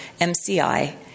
MCI